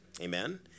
Amen